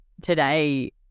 today